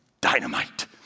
dynamite